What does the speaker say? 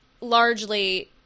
largely